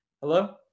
hello